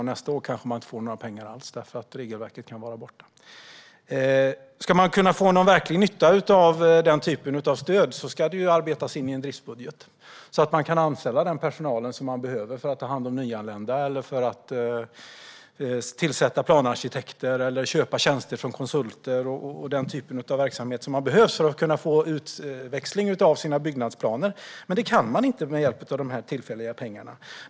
Men nästa år får man kanske inga pengar alls, eftersom regelverket kan vara borta. Om den typen av stöd ska leda till någon verklig nytta ska det arbetas in i en driftsbudget. Då kan man anställa den personal som behövs för att ta hand om nyanlända, tillsätta planarkitekter eller köpa tjänster från konsulter. Det är den typen av verksamhet som behövs för att kunna få utväxling av de byggplaner man har. Men det kan man inte göra med hjälp av de tillfälliga pengarna.